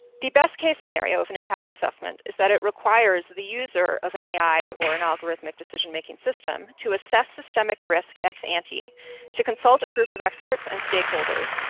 the best case scenario of an impact assessment is that it requires the user of an ai, or an algorithmic decision making system, to assess systemic risk ex-ante, to consult a group of experts and stakeholders,